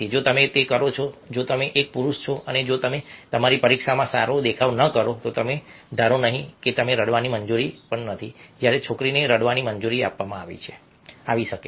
જો તમે તે કરો છો જો તમે એક પુરુષ છો અને જો તમે તમારી પરીક્ષામાં સારો દેખાવ ન કરો તો તમે ધારો નહીં તમને રડવાની મંજૂરી નથી જ્યારે છોકરીને રડવાની મંજૂરી આપવામાં આવી શકે છે